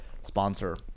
sponsor